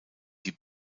die